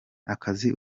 akazi